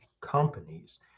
companies